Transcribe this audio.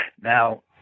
Now